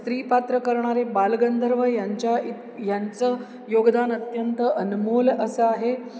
स्त्रीपात्र करणारे बालगंधर्व यांच्या इत यांचं योगदान अत्यंत अनमोल असं आहे